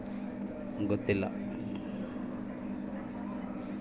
ಹಣ್ಣು ಮತ್ತು ತರಕಾರಿಗಳ ಮಾರುಕಟ್ಟೆಯ ಬೆಲೆ ಯಾವ ರೇತಿಯಾಗಿ ನಿರ್ಧಾರ ಮಾಡ್ತಿರಾ?